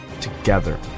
together